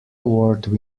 award